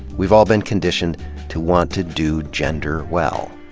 we've all been conditioned to want to do gender well.